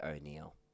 O'Neill